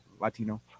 Latino